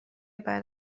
بعد